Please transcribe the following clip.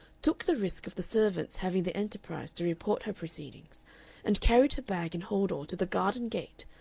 took the risk of the servants having the enterprise to report her proceedings and carried her bag and hold-all to the garden gate,